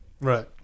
Right